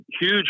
huge